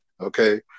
Okay